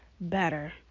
better